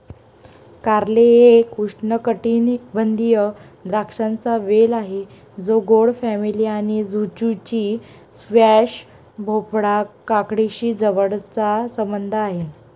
कारले एक उष्णकटिबंधीय द्राक्षांचा वेल आहे जो गोड फॅमिली आणि झुचिनी, स्क्वॅश, भोपळा, काकडीशी जवळचा संबंध आहे